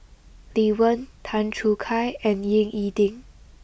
Lee Wen Tan Choo Kai and Ying E Ding